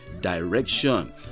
direction